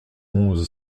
onze